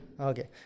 Okay